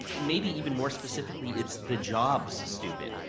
and maybe even more specifically, it's the jobs, stupid.